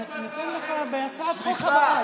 אנחנו נותנים לך בהצעת החוק הבאה.